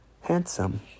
handsome